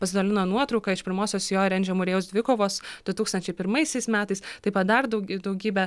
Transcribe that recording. pasidalino nuotrauka iš pirmosios jo ir endžio murėjaus dvikovos du tūkstančiai pirmaisiais metais taip pat dar daugi daugybę